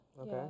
Okay